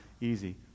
easy